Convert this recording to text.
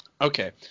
Okay